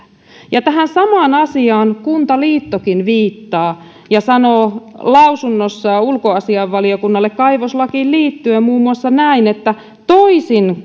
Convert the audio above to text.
tähän samaan asiaan kuntaliittokin viittaa ja sanoo lausunnossaan ulkoasiainvaliokunnalle kaivoslakiin liittyen muun muassa näin että toisin